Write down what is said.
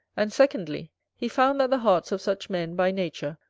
and secondly, he found that the hearts of such men, by nature,